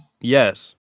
Yes